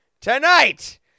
Tonight